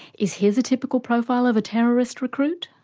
is his a typical profile of a terrorist recruit?